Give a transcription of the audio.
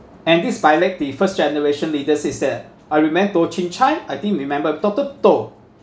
and this by right the first generation leader is the I remem~ Toh Chin Chye I think remember doctor Toh